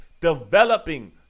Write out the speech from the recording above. developing